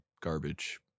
garbage